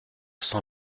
cent